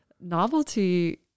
novelty